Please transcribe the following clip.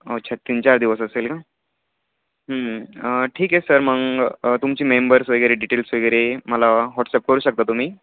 अच्छा तीन चार दिवस असेल का ठीक आहे सर मग तुमची मेंबर्स वगेरे डिटेल्स वगैरे मला हॉट्सअप करू शकता तुम्ही